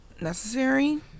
necessary